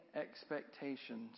expectations